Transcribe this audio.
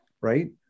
right